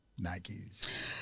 Nikes